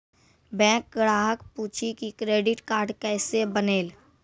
Bank ग्राहक पुछी की क्रेडिट कार्ड केसे बनेल?